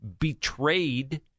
betrayed